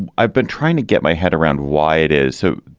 i've been trying to get my head around why it is so.